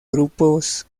grupos